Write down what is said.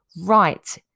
right